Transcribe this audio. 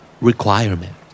Requirement